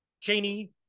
Cheney